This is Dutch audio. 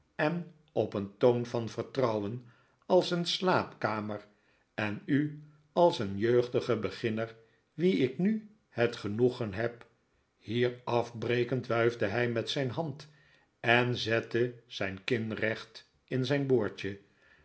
en op een toon van vertrouwen als een slaapkamer en u als een jeugdigen beginner wien ik nu het genoegen heb hier afbrekend wuifde hij met zijn hand en zette zijn kin recht in zijn boordje